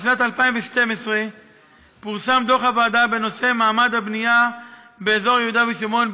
בשנת 2012 פורסם דוח הוועדה בנושא מעמד הבנייה באזור יהודה ושומרון,